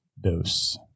Dose